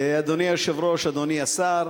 אדוני היושב-ראש, אדוני השר,